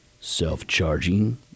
self-charging